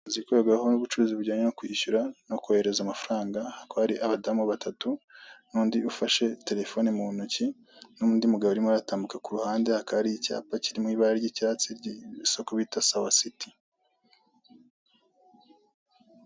inzu ikorerwaho ubucuruzi bujyanye no kwishyura, no kohereza amafaranga hakaba hari abadamu batatu n'undi ufashe terefone mu ntoki, n'undi mugabo urimo aratambuka kuruhande akaba hari icyapa, kiri mu ibara ry'icyatsi cy'isoko bita sawa siti.